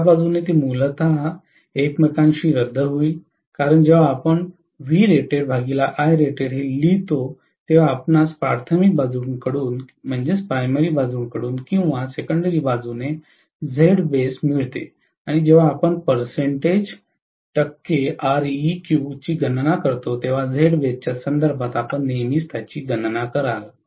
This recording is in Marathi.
एका बाजूने ते मूलत एकमेकांशी रद्द होईल कारण जेव्हा आपण हे लिहिता तेव्हा आपल्यास प्राथमिक बाजूकडून किंवा सेकेंडरी बाजूने Zbase मिळते आणि जेव्हा आपण गणना करता तेव्हा Zbase च्या संदर्भात आपण नेहमी त्याची गणना कराल